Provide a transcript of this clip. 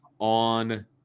on